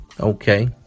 Okay